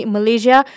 Malaysia